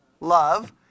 Love